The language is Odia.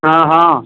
ହଁ ହଁ